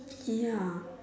ya